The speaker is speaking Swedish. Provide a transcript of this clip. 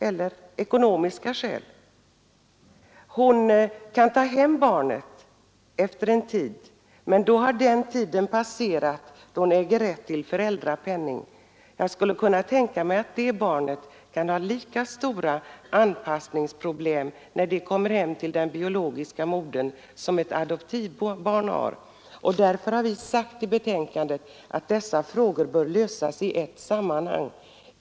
Efter en tid kan hon ta hem barnet, men då har redan den tidpunkt passerat, då hon skulle ha ägt rätt till föräldrapenning. Jag skulle kunna tänka mig att det barnet när det kommer hem till sin biologiska moder kan ha lika stora anpassningsproblem som ett adoptivbrn har. Därför har vi sagt i betänkandet att dessa frågor bör lösas i ett sammanhang.